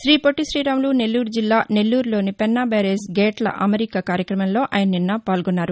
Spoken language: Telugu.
రీపొట్టిశీరాములు నెల్లూరు జిల్లా నెల్లూరులోని పెన్నా బ్యారేజీ గేట్లు అమరిక కార్యక్రమంలో ఆయన నిన్న పాల్గొన్నారు